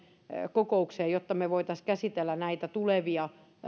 kokoukseen jotta me voisimme käsitellä tulevia